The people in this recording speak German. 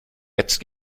jetzt